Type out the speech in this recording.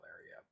area